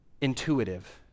intuitive